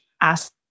ask